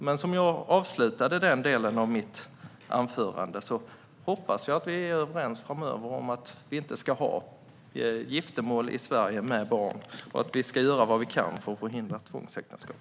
Men som jag sa när jag avslutade den delen mitt anförande hoppas jag att vi framöver är överens om att vi inte ska ha giftermål med barn i Sverige och att vi ska göra vad vi kan för att förhindra tvångsäktenskap.